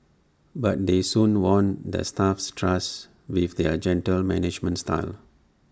but they soon won the staff's trust with their gentle managerial style